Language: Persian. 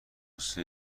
مثل